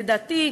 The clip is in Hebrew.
לדעתי,